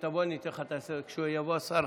כשיבוא השר,